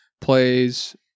plays